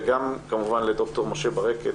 וגם כמובן לד"ר משה ברקת,